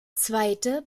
zweite